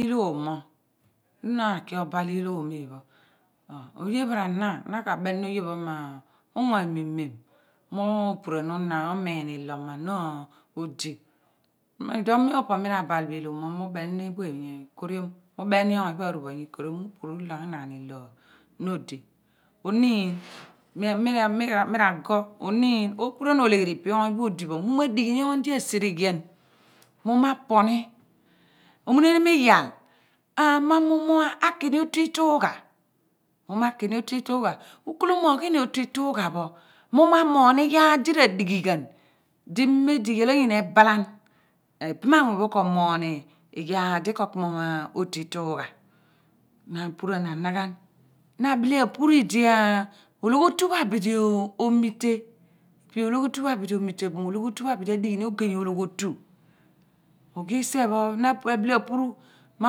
Kilomo na ra ki obal ilomo iphen pho oye pho ra na na ka abeni ni oye ma uguo imi mi upuran umiin ilo ma na odi iduo mem mo po mi ra bal bo ilomo mi ubeni ni w yi koriom mi ubeni ni oony pho aru bonyi koriom mi upuru unaghan ilo na odi oniin mira gor oniin opuruan olegheri ipe oony pho odi bo mu m adighi ni oony di asereghian mu mo aponi omuneniom iyal mo mu mo akuni otu iitugha mu mo akini ot iitugha ki kholo me oghini otu iitugha pho mu mo amogh ni iyaar di ra dighi ghan di mem di iyal anyina ebalan ibam anmuuny ph moghi iyaar di ko kimom otu iitugha na apuruan anaghan na bile apuru idi ologho tu pho abilo amite ipe ologho otu pho abidi amite bo mo ologh tu pho abidi adighi ni ogey ologhotu oghi sie pho na bile apuru ma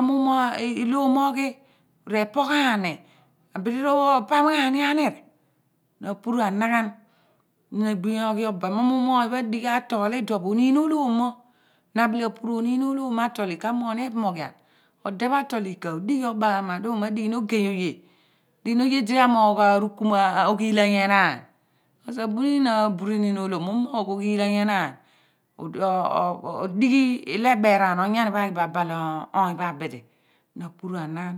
mu mo ilomo oghi repoghani abidi ro pomghani aniir na puru anaghan ku na agbi oghi obal mo mu oony pho adighi atoli iduo pho ooniin olomo ne bile apuru ooniin olomo atoli ika amoogh ni ephomoghian ode pho atol ika odighi obaghama dughun adighi ogey oye adighi oye di amogh oghilaany enaan kos abunin aburuin oloom umogh oghilaany enaan odighi ile beraan onyani ph aghi abal oony pho abidi na puru anaghan